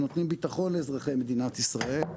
שנותנים ביטחון לאזרחי מדינת ישראל,